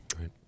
Right